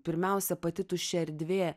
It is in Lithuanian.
pirmiausia pati tuščia erdvė